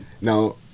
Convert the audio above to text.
Now